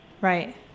Right